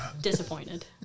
Disappointed